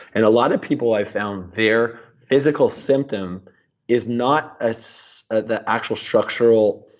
and a lot of people, i found their physical symptom is not ah so ah the actual structural